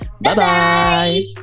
Bye-bye